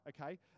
Okay